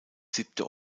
siebte